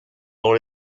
dans